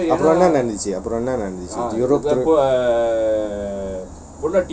அப்பறம் என்ன நடந்திச்சி என்ன நடந்திச்சி: apparam enna nadandhichi apparam enna nadandhichi europe trip